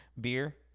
beer